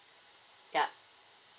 yup